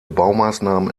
baumaßnahmen